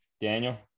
Daniel